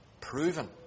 proven